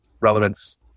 relevance